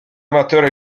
amateurs